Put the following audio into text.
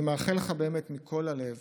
אני מאחל לך באמת מכל הלב